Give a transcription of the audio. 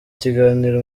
kiganiro